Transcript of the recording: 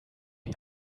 wie